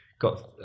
got